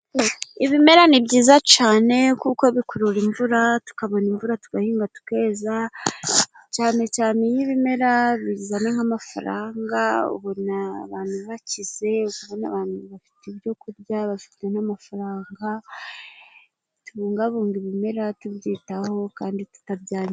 Ibimera ni byiza cane kuko bikurura imvura tukabona imvura tugahinga tukeza cane cane iyo ibimera bizanye nk'amafaranga, ubona abantu bakize, ukabona abantu bafite ibyo kurya, bafite n'amafaranga. Tubungabunge ibimera tubyitaho kandi tutabyangiza.